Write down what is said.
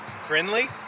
friendly